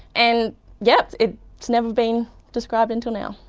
and yes, it has never been described until now.